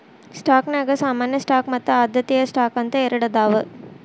ಸ್ಟಾಕ್ನ್ಯಾಗ ಸಾಮಾನ್ಯ ಸ್ಟಾಕ್ ಮತ್ತ ಆದ್ಯತೆಯ ಸ್ಟಾಕ್ ಅಂತ ಎರಡದಾವ